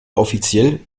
offiziell